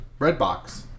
Redbox